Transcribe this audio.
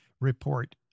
report